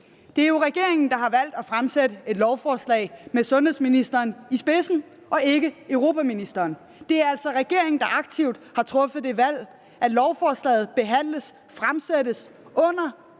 Det er jo regeringen, der har valgt at fremsætte et lovforslag med sundhedsministeren i spidsen og ikke europaministeren. Det er altså regeringen, der aktivt har truffet det valg, at lovforslaget fremsættes og behandles under